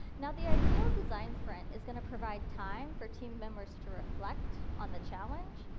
now, the ideal design sprint is going to provide time for team members to reflect on the challenge,